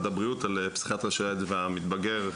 הבריאות על פסיכיאטריה של הילד והמתבגר,